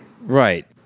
Right